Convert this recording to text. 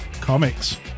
comics